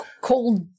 cold